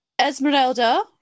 Esmeralda